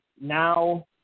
now